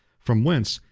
from whence,